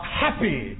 happy